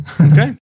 Okay